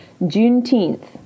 Juneteenth